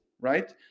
right